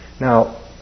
now